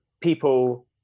people